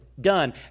done